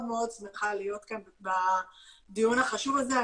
מאוד שמחה להיות כאן בדיון החשוב הזה.